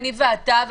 אני ואתה,